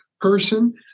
person